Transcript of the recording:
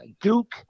Duke